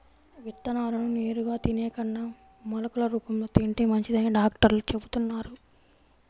విత్తనాలను నేరుగా తినే కన్నా మొలకలు రూపంలో తింటే మంచిదని డాక్టర్లు చెబుతున్నారు